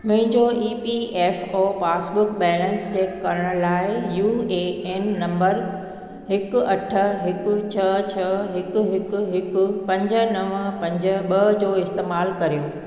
मुंहिंजो E P F O passbook balance check करण लाइ यू ए एन नंबर हिकु अठ हिकु छ्ह छ्ह हिकु हिकु हिकु पंज नवं पंज ॿ जो इस्तेमालु कर्यो